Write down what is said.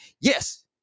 yes